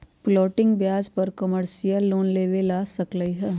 floating ब्याज पर commercial loan लेल जा सकलई ह